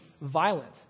violent